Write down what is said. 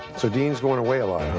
so dean's going away a lot,